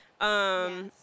Yes